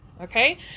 Okay